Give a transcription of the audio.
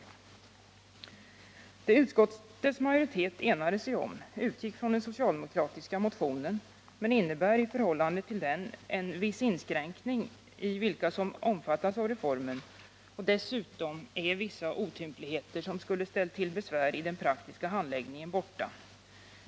Det förslag utskottsmajoriteten enat sig om utgick från den socialdemokratiska motionen, men innebär i förhållande till den en viss inskränkning av vilka som omfattas av reformen. Dessutom är vissa otympligheter som skulle ha ställt till besvär i den praktiska handläggningen borta.